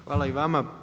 Hvala i vama.